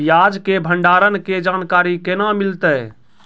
प्याज के भंडारण के जानकारी केना मिलतै?